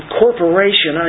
corporation